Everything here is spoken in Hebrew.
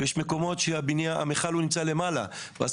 ויש מקומות שבהם המכל נמצא למעלה ואז